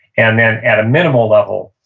and then at a minimal level,